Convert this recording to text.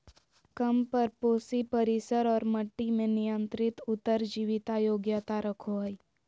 कम परपोषी परिसर और मट्टी में नियंत्रित उत्तर जीविता योग्यता रखो हइ